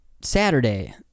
Saturday